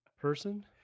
person